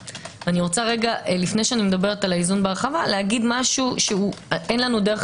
לפני שאדבר על האיזון בהרחבה אומר משהו שאין לנו דרך